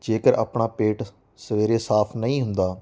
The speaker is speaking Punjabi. ਜੇਕਰ ਆਪਣਾ ਪੇਟ ਸਵੇਰੇ ਸਾਫ਼ ਨਹੀਂ ਹੁੰਦਾ